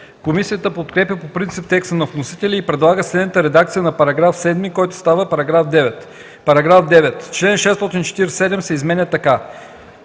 Комисията подкрепя по принцип текста на вносителя и предлага следната редакция на § 7, който става § 9: „§ 9. Член 647 се изменя така: